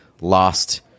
lost –